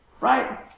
right